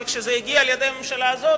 אבל כשזה הגיע לידי הממשלה הזו,